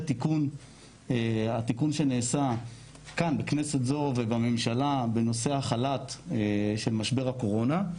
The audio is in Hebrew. התיקון שנעשה כאן בכנסת זו ובממשלה בנושא החל"ת של משבר הקורונה,